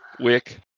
wick